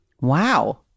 Wow